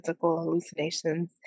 hallucinations